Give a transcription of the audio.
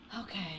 Okay